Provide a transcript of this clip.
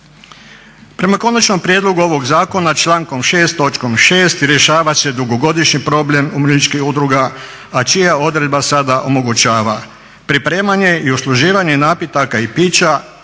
Prema konačnom prijedlogu ovog zakona člankom 6. točkom 6. rješava se dugogodišnji problem umirovljeničkih udruga, a čija odredba sada omogućava pripremanje i usluživanje napitaka i pića